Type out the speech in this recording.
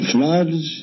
Floods